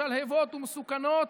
משלהבים ומסוכנים,